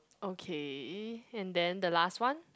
okay and then the last one